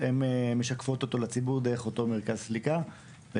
ומשקפות אותו לציבור דרך אותו מרכז הסליקה.